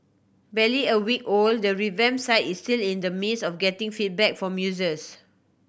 barely a week old the revamp site is still in the midst of getting feedback from users